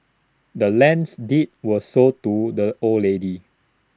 the land's deed was sold to the old lady